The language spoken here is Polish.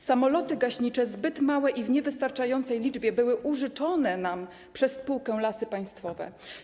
Samoloty gaśnicze, zbyt małe i w niewystarczającej liczbie, zostały użyczone nam przez spółkę Lasy Państwowe.